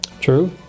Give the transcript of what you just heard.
True